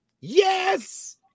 Yes